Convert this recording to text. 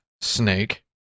Snake